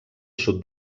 sud